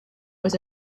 was